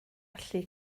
allu